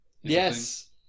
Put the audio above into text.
Yes